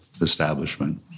establishment